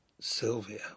Sylvia